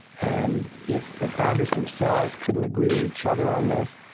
and if the founders themselves couldn't agree with each other on this,